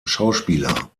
schauspieler